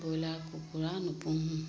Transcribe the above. broiler কুকুৰা নোপোহো